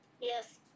Yes